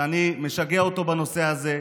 שאני משגע אותו בנושא הזה,